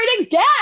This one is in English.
again